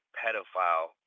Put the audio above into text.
pedophile